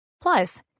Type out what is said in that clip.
Plus